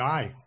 Die